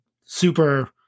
super